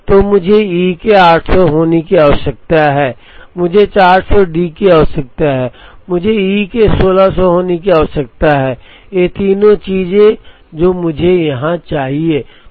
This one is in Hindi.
तो मुझे ई के 800 होने की आवश्यकता है मुझे 400 डी की आवश्यकता है और मुझे ई के 1600 होने की आवश्यकता है ये तीन चीजें हैं जो मुझे यहां चाहिए